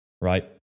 right